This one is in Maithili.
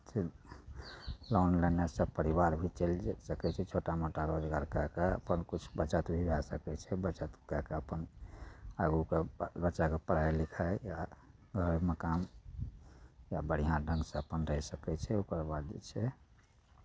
लोन लेनाइसँ परिवार भी चलि सकै छै छोटा मोटा रोजगार कए कऽ आओर किछु बचत भी आ सकै छै बचत कए कऽ अपन आगूके बाल बच्चाके पढ़ाइ लिखाइ या घर मकान सभ बढ़िआँ ढङ्गसँ अपन रहि सकै छै ओकर बाद जे छै